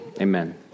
amen